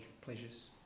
pleasures